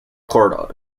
cord